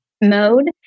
mode